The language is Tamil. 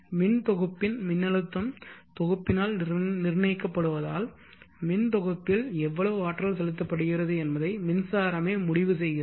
மின் தொகுப்பின் மின்னழுத்தம் தொகுப்பினால் நிர்ணயிக்கப்படுவதால் மின் தொகுப்பில் எவ்வளவு ஆற்றல் செலுத்தப்படுகிறது என்பதை மின்சாரமே முடிவு செய்கிறது